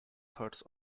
thirds